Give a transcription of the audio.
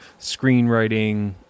screenwriting